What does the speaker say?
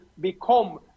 become